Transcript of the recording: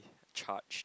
charged